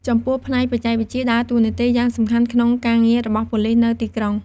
ចំពោះផ្នែកបច្ចេកវិទ្យាដើរតួនាទីយ៉ាងសំខាន់ក្នុងការងាររបស់ប៉ូលិសនៅទីក្រុង។